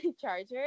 charger